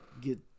Get